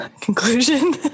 conclusion